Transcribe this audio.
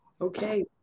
Okay